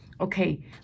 Okay